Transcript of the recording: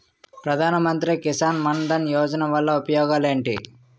ప్రధాన మంత్రి కిసాన్ మన్ ధన్ యోజన వల్ల ఉపయోగాలు ఏంటి?